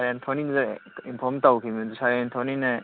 ꯁꯥꯔ ꯑꯦꯟꯊꯣꯅꯤꯗ ꯏꯟꯐꯣꯝ ꯇꯧꯈꯤꯕꯅꯤ ꯑꯗꯨ ꯁꯥꯔ ꯑꯦꯟꯊꯣꯅꯤꯅ